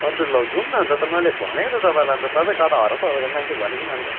अन्त ल जाउँ न अन्त त मैले भनेको त तपाईँलाई अन्त तपाईँ कता हराउँछ हराउँछ मान्छे भनिकन अन्त